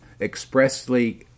expressly